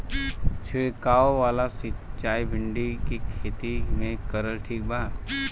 छीरकाव वाला सिचाई भिंडी के खेती मे करल ठीक बा?